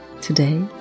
Today